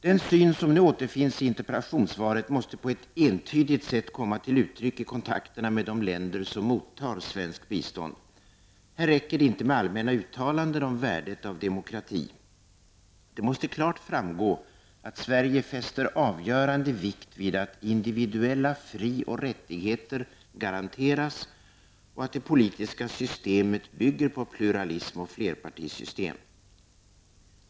Den syn som nu återfinns i interpellationssvaret måste på ett entydigt sätt komma till uttryck i kontakterna med de länder som mottar svenskt bistånd. Här räcker det inte med allmänna uttalanden om värdet av demokrati. Det måste klart framgå att Sverige fäster avgörande vikt vid att individuella fri och rättigheter garanteras och att det politiska systemet bygger på pluralism och flerpartisystem.